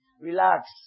Relax